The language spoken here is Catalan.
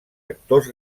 actors